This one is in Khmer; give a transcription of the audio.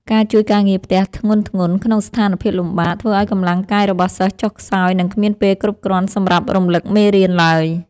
ការជួយការងារផ្ទះធ្ងន់ៗក្នុងស្ថានភាពលំបាក ធ្វើឱ្យកម្លាំងកាយរបស់សិស្សចុះខ្សោយ និងគ្មានពេលគ្រប់គ្រាន់សម្រាប់រំលឹកមេរៀនឡើយ។